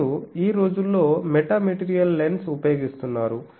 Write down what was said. ప్రజలు ఈ రోజుల్లో మెటామెటీరియల్ లెన్స్ ఉపయోగిస్తున్నారు